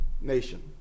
nation